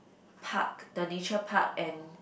park the nature park and